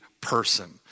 person